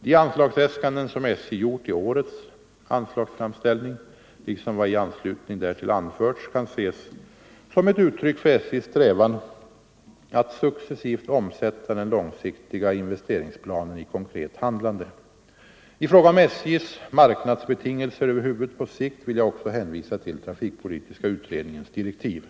De anslagsäskanden som SJ gjort i årets an Nr 128 slagsframställning — liksom vad i anslutning därtill anförts — kan ses Tisdagen den som ett uttryck för SJ:s strävan att successivt omsätta den långsiktiga 26 november 1974 investeringsplanen i konkret handlande. I fråga om SJ:s marknadsbetingelser över huvud på sikt vill jag också hänvisa till trafikpolitiska Ang. nedläggningen utredningens direktiv.